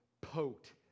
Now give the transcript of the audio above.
poked